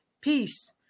Peace